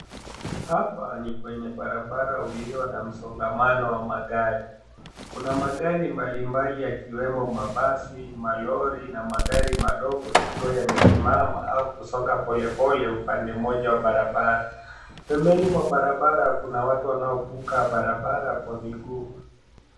Hapa ni kwenye barabara ulio na msongamano wa magari. Kuna magari mbalimbali yakiwemo mabasi, malori na magari madogo yakiwa yamesimama au kusonga polepole upande mmoja wa barabara. Pembeni mwa barabara, kuna watu wanaovuka barabara kwa miguu.